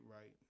right